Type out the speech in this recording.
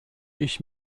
ich